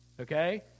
okay